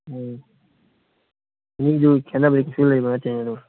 ꯑꯣ ꯑꯅꯤꯗꯨꯒꯤ ꯈꯦꯅꯕꯗꯤ ꯀꯩꯁꯨ ꯂꯩꯕ ꯅꯠꯇꯦꯅꯦꯗꯣ